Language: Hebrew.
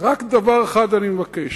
רק דבר אחד אני מבקש: